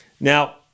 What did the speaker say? Now